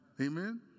Amen